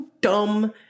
dumb